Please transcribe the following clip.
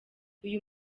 uyu